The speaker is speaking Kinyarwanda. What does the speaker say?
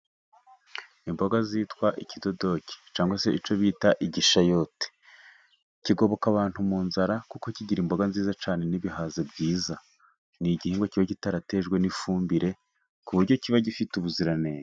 Imboga zitwa ikidodoki cyangwa se icyo bita igishayote, kigoboka abantu mu nzara, kuko kigira imboga nziza cyane, n'ibihaza ni byiza, ni igihingwa kiba kitaratejwe n'ifumbire, ku buryo kiba gifite ubuziranenge.